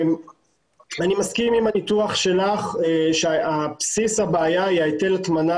אני מסכים עם הניתוח שלך שבסיס הבעיה הוא היטל ההטמנה